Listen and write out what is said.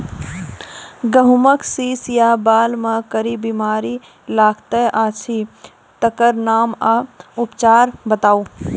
गेहूँमक शीश या बाल म कारी बीमारी लागतै अछि तकर नाम आ उपचार बताउ?